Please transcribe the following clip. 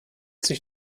sich